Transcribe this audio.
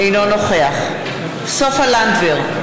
אינו נוכח סופה לנדבר,